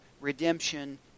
redemption